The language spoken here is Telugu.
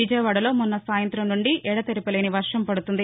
విజయవాడలో మొన్న సాయంత్రం నుండి ఎడతెరిపిలేని వర్వం పడుతోంది